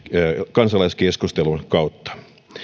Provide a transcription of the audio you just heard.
kansalaiskeskustelun kautta